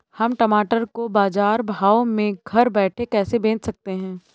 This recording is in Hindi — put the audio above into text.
हम टमाटर को बाजार भाव में घर बैठे कैसे बेच सकते हैं?